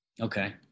Okay